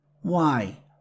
Why